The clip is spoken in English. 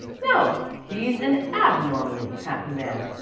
no. he's an ab normally happy man,